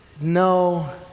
No